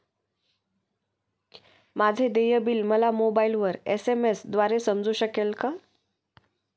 माझे देय बिल मला मोबाइलवर एस.एम.एस द्वारे समजू शकेल का?